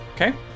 Okay